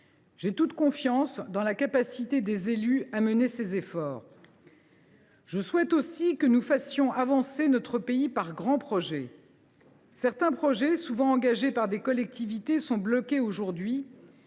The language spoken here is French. J’ai toute confiance dans la capacité des élus à mener cet effort. « Je souhaite aussi que nous fassions avancer notre pays avec de grands projets. « Certains projets, souvent engagés par des collectivités, sont bloqués aujourd’hui.